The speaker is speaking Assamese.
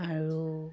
আৰু